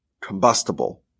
combustible